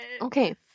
Okay